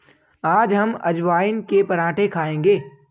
आज हम अजवाइन के पराठे खाएंगे